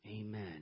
Amen